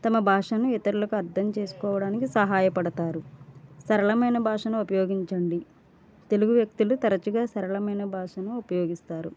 తమ భాషను ఇతరులకు అర్థం చేసుకోవడానికి సహాయపడతారు సరళమైన భాషను ఉపయోగించండి తెలుగు వ్యక్తులు తరచుగా సరళమైన భాషను ఉపయోగిస్తారు